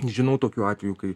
žinau tokių atvejų kai